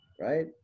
right